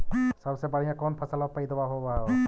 सबसे बढ़िया कौन फसलबा पइदबा होब हो?